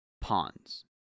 pawns